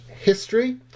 history